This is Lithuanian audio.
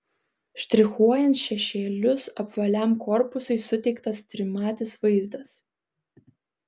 štrichuojant šešėlius apvaliam korpusui suteiktas trimatis vaizdas